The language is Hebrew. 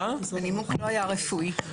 הנימוק לא היה רפואי.